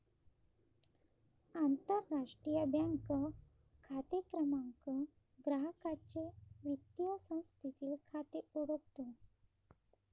आंतरराष्ट्रीय बँक खाते क्रमांक ग्राहकाचे वित्तीय संस्थेतील खाते ओळखतो